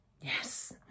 yes